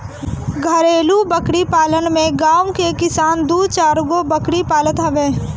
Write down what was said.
घरेलु बकरी पालन में गांव के किसान दू चारगो बकरी पालत हवे